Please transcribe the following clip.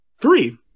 Three